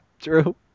True